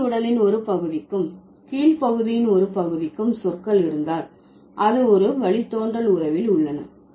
மேல் உடலின் ஒரு பகுதிக்கும் கீழ் பகுதியின் ஒரு பகுதிக்கும் சொற்கள் இருந்தால் அது ஒரு வழித்தோன்றல் உறவில் உள்ளன